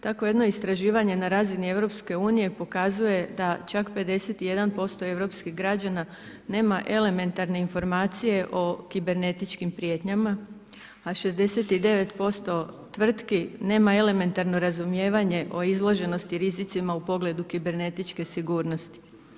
Tako jedno istraživanje na razini EU pokazuje da čak 51% europskih građana nema elementarne informacije o kibernetičkim prijetnjama, a 69% tvrtki nema elementarno razumijevanje o izloženosti rizicima u pogledima kibernetičke sigurnosti.